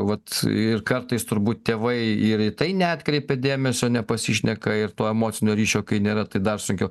vat ir kartais turbūt tėvai ir į tai neatkreipia dėmesio nepasišneka ir to emocinio ryšio kai nėra tai dar sunkiau